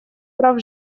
прав